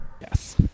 Yes